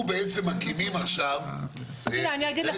אנחנו בעצם מקימים עכשיו --- אגיד לך